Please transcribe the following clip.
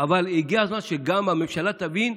אבל הגיע הזמן שגם הממשלה תבין,